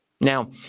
Now